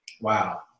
Wow